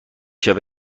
شود